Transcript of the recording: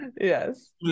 yes